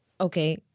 okay